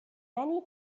many